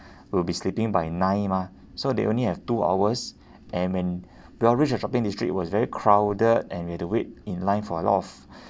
will be sleeping by nine mah so they only have two hours and when we all reached the shopping district it was very crowded and we have to wait in line for a lot of